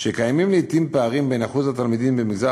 שקיימים לעתים פערים בין שיעור התלמידים במגזר